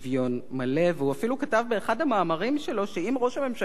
והוא אפילו כתב באחד המאמרים שלו שאם ראש הממשלה יהיה יהודי,